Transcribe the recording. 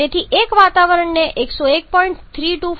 તેથી 1 વાતાવરણને 101